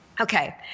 Okay